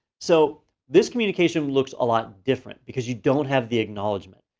so this communication looks a lot different because you don't have the acknowledgment.